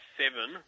seven